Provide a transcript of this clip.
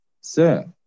sir